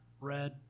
red